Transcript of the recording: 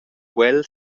quel